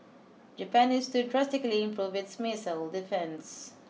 Japan needs to drastically improve its missile defence